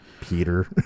Peter